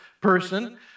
person